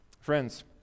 Friends